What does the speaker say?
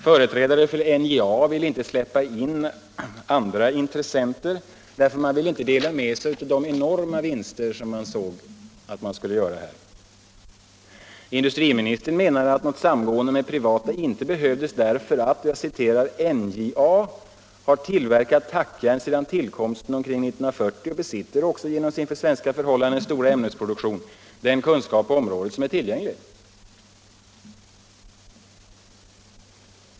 Företrädare för NJA vill inte släppa in andra intressenter, eftersom man inte ville dela med sig av de enorma vinster man såg fram mot. Industriministern menade att något samgående med privata inte behövdes därför att NJA ”har tillverkat tackjärn sedan tillkomsten omkring 1940 och besitter också genom sin för svenska förhållanden stora ämnesproduktion den kunskap på området som är tillgänglig”.